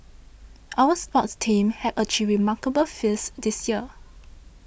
our sports teams have achieved remarkable feats this year